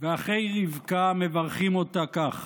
ואחי רבקה מברכים אותה כך: